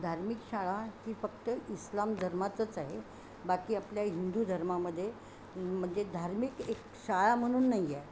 धार्मिक शाळा ही फक्त इस्लाम धर्मातच आहे बाकी आपल्या हिंदू धर्मामध्ये म्हणजे धार्मिक एक शाळा म्हणून नाही आहे